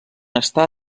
està